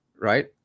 right